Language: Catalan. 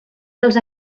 dels